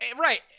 right